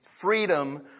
Freedom